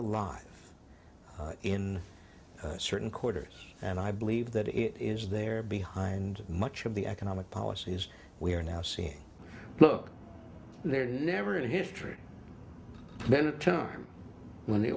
alive in certain quarters and i believe that it is they're behind much of the economic policies we are now seeing look there never in history then a time when the